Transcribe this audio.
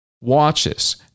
watches